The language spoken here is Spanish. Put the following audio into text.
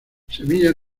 semillas